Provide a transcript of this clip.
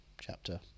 Chapter